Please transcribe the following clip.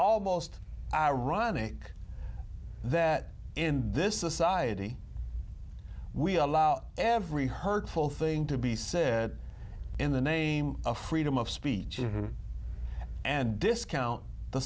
almost ironic that in this society we allow every hurtful thing to be said in the name of freedom of speech and discount the